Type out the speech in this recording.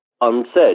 unsaid